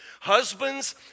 Husbands